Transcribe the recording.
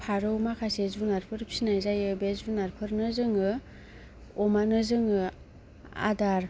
फारौ माखासे जुनारफोर फिसिनाय जायो बे जुनारफोरनो जोङो अमानो जोङो आदार